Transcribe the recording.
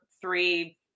three